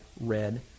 red